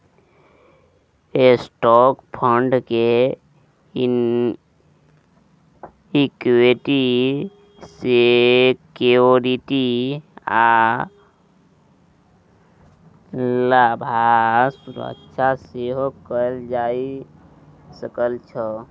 stock fund के equity security आ लाभांश सुरक्षा सेहो कहल जा सकइ छै